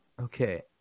Okay